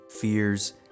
fears